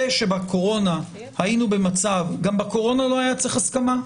זה שבקורונה היינו במצב גם בקורונה לא היה צריך הסכמה.